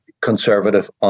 conservative